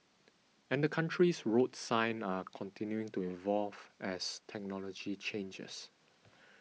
and the country's road signs are continuing to evolve as technology changes